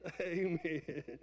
amen